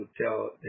tell